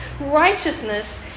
Righteousness